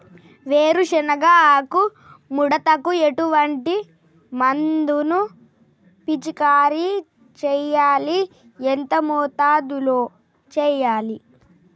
వేరుశెనగ ఆకు ముడతకు ఎటువంటి మందును పిచికారీ చెయ్యాలి? ఎంత మోతాదులో చెయ్యాలి?